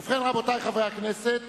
ובכן, רבותי חברי הכנסת,